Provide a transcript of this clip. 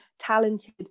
talented